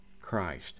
Christ